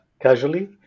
casually